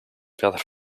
wiatr